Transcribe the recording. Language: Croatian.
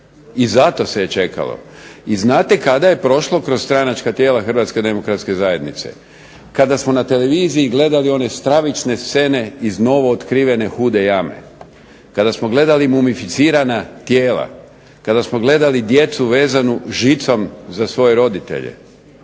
i zato se je čekalo i znate kada je prošlo kroz stranačka tijela Hrvatske demokratske zajednice? Kada smo na televiziji gledali one stravične scene iz novo otkrivene Hude jame, kada smo gledali mumificirana tijela, kada smo gledali djecu vezanu žicom za svoje roditelje,